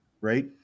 right